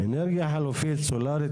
אנרגיה חלופית, סולארית.